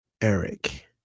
Eric